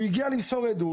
הוא הגיע למסור עדות.